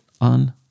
on